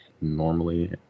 normally